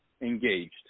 engaged